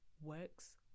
works